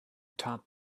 top